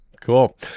Cool